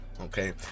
Okay